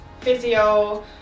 physio